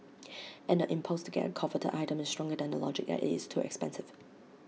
and the impulse to get A coveted item is stronger than the logic that IT is too expensive